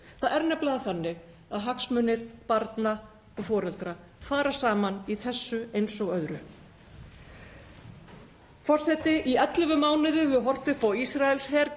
Það er nefnilega þannig að hagsmunir barna og foreldra fara saman í þessu eins og öðru. Forseti. Í 11 mánuði höfum við horft upp á Ísraelsher